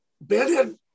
Ben